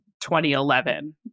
2011